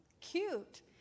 cute